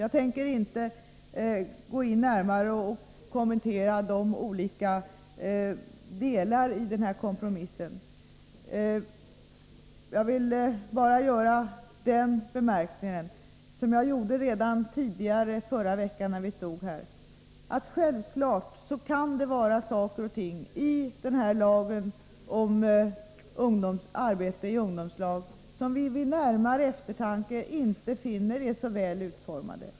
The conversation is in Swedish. Jag tänker inte närmare kommentera de olika delarna i den här kompromissen. Jag vill bara göra den anmärkningen — som jag gjorde redan i förra veckan — att det självklart kan vara saker och ting i den här lagen om arbete i ungdomslag som vi vid närmare eftertanke finner inte är så väl utformade.